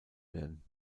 werden